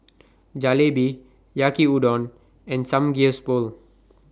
Jalebi Yaki Udon and Samgyeopsal